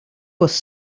was